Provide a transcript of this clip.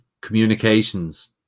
communications